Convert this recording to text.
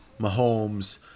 Mahomes